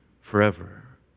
forever